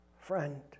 friend